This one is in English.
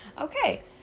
okay